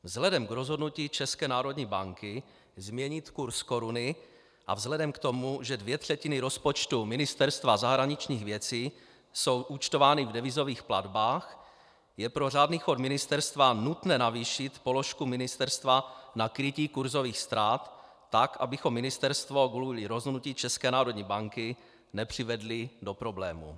Vzhledem k rozhodnutí České národní banky změnit kurz koruny a vzhledem k tomu, že dvě třetiny rozpočtu Ministerstva zahraničních věcí jsou účtovány v devizových platbách, je pro řádný chod ministerstva nutné navýšit položku ministerstva na krytí kurzových ztrát tak, abychom ministerstvo kvůli rozhodnutí České národní banky nepřivedli do problémů.